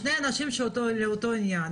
שני אנשים לאותו עניין,